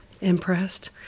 impressed